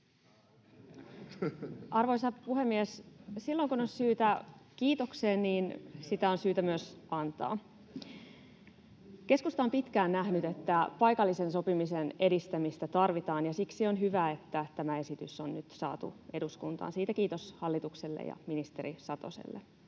Arvoisa puhemies! Silloin kun on syytä kiitokseen, niin sitä on syytä myös antaa. Keskusta on pitkään nähnyt, että paikallisen sopimisen edistämistä tarvitaan, ja siksi on hyvä, että tämä esitys on nyt saatu eduskuntaan — siitä kiitos hallitukselle ja ministeri Satoselle.